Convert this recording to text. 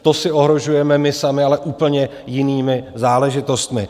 To si ohrožujeme my sami, ale úplně jinými záležitostmi.